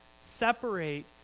separate